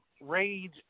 Rage